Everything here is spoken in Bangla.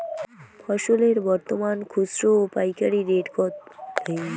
ফসলের বর্তমান খুচরা ও পাইকারি রেট কতো কেমন করি জানিবার পারবো?